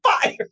fire